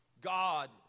God